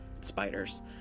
spiders